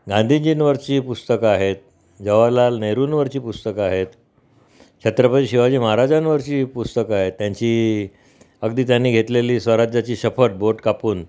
गांधीजींवरची पुस्तकं आहेत जवाहरलाल नेहरूंवरची पुस्तकं आहेत छत्रपती शिवाजी महाराजांवरची पुस्तकं आहेत त्यांची अगदी त्यांनी घेतलेली स्वराज्याची शपथ बोट कापून